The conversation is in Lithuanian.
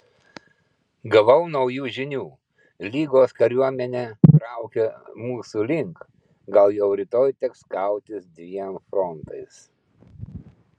gavau naujų žinių lygos kariuomenė traukia mūsų link gal jau rytoj teks kautis dviem frontais